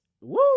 woo